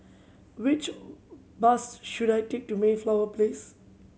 which bus should I take to Mayflower Place